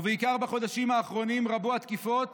ובעיקר בחודשים האחרונים, רבו התקיפות